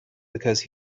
because